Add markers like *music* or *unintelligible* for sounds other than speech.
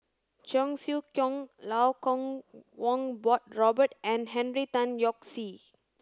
Cheong Siew Keong *unintelligible* Kuo Kwong *unintelligible* Robert and Henry Tan Yoke See